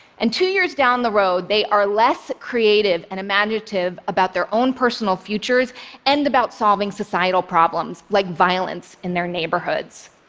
and two years down the road, they are less creative and imaginative about their own personal futures and about solving societal problems, like violence in their neighborhoods.